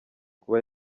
kuba